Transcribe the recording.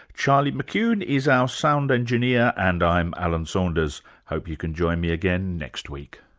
charlie mccune is our sound engineer, and i'm alan saunders. hope you can join me again next week